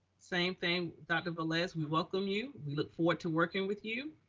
same thing, dr. velez, we welcome you. we look forward to working with you